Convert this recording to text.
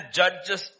judges